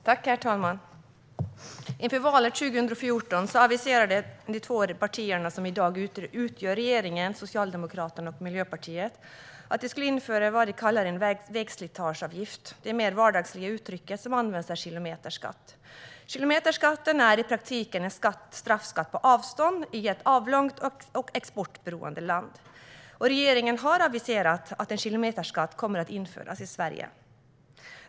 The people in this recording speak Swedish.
Herr talman! Inför valet 2014 aviserade de två partier som i dag sitter i regeringsställning, Socialdemokraterna och Miljöpartiet, att de skulle införa vad de kallar en vägslitageavgift. Det mer vardagliga uttryck som används är kilometerskatt. Kilometerskatten är i praktiken en straffskatt på avstånd i ett avlångt och exportberoende land. Regeringen har aviserat att en kilometerskatt kommer att införas i Sverige.